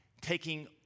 taking